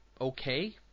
okay